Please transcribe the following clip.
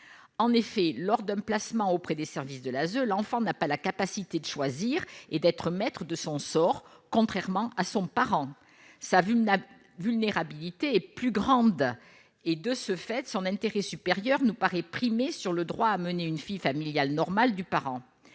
en effet, lors d'un placement auprès des services de l'ASE, l'enfant n'a pas la capacité de choisir et d'être maître de son sort, contrairement à son parent ça vulnérable vulnérabilité plus grande et de ce fait son intérêt supérieur nous paraît primer sur le droit à mener une fille familiale normale du parent